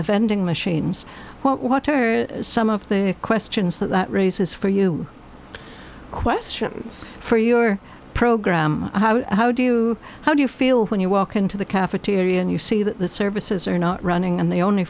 the vending machines what are some of the questions that that raises for you questions for your program how do you how do you feel when you walk into the cafeteria and you see that the services are not running and the only